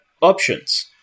options